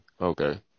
Okay